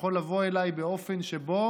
יכול לבוא אליי באופן שבו